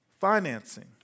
financing